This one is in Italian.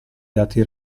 dati